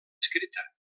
escrita